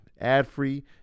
ad-free